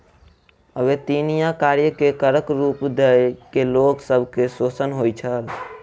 अवेत्निया कार्य के करक रूप दय के लोक सब के शोषण होइत छल